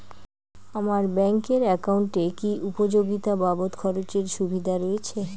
আমার ব্যাংক এর একাউন্টে কি উপযোগিতা বাবদ খরচের সুবিধা রয়েছে?